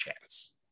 chance